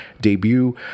debut